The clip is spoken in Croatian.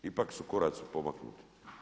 Ipak su koraci pomaknuti.